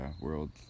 world